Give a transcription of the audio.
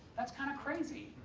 that's kind of crazy,